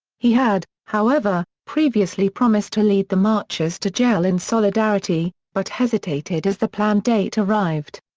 he had, however, previously promised to lead the marchers to jail in solidarity, but hesitated as the planned date arrived.